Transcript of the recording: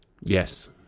Yes